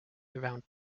around